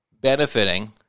benefiting